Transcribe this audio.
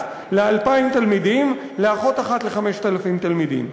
ל-2,000 תלמידים לאחות אחת ל-5,000 תלמידים.